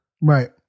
Right